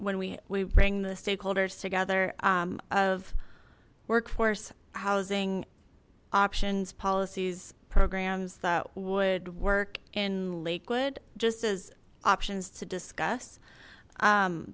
when we we bring the stakeholders together of workforce housing options policies programs that would work in lakewood just as options to discuss